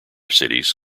cities